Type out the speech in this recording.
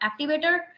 activator